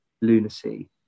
lunacy